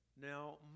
Now